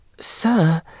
Sir